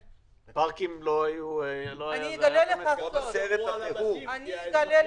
לא שמרו על הבתים, כי אנשים נשארו בבתים.